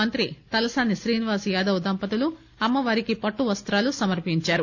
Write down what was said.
మంత్రి తలసాని శ్రీనివాస్ యాదవ్ దంపతులు అమ్మవారికి పట్టువస్తాలు సమర్పించారు